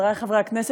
חברי חברי הכנסת,